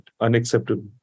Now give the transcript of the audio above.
unacceptable